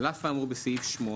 (א) על אף האמור בסעיף 8